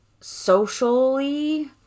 socially